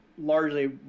largely